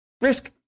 Risk